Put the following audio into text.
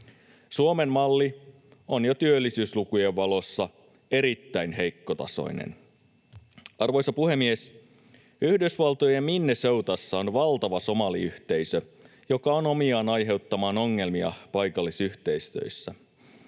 Suomen malli on jo työllisyyslukujen valossa erittäin heikkotasoinen. Arvoisa puhemies! Yhdysvaltojen Minnesotassa on valtava somaliyhteisö, joka on omiaan aiheuttamaan ongelmia paikallisyhteisöissä,